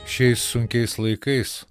šiais sunkiais laikais